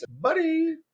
Buddy